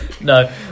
No